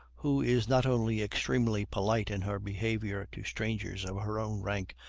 who is not only extremely polite in her behavior to strangers of her own rank,